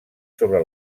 sobre